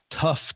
tough